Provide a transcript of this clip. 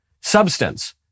substance